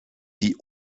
die